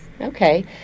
Okay